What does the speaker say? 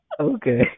Okay